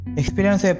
experience